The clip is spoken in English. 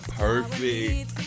perfect